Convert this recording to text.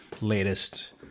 latest